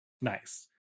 nice